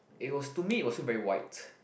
it was to me it was still very white